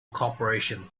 corporation